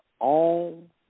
own